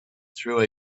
through